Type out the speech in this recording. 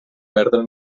perdre